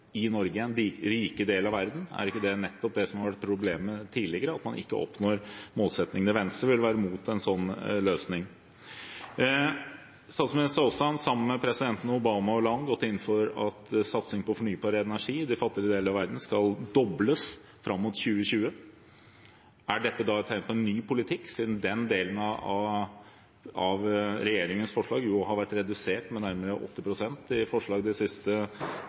i Norge, den rike delen av verden? Er det ikke nettopp det som har vært problemet tidligere, og at man ikke oppnår målsettingene? Venstre vil være mot en slik løsning. Statsministeren har også, sammen med presidentene Obama og Hollande, gått inn for at satsing på fornybar energi i de fattigere deler av verden skal dobles fram mot 2020. Er dette et tegn på en ny politikk, siden den delen av regjeringens forslag har vært redusert med nærmere 80 pst. i forslag de siste